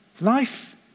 life